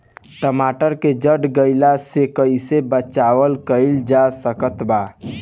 टमाटर के जड़ गलन से कैसे बचाव कइल जा सकत बा?